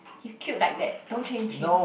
he's cute like that don't change him